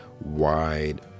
wide